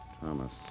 Thomas